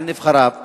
על נבחריו,